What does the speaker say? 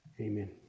Amen